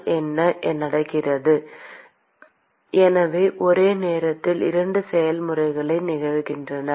அதனால் என்ன நடக்கிறது எனவே ஒரே நேரத்தில் இரண்டு செயல்முறைகள் நிகழ்கின்றன